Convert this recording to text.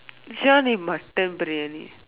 she want to eat mutton briyani